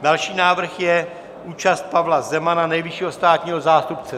Další návrh je účast Pavla Zemana, nejvyššího státního zástupce.